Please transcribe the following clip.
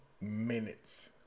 Minutes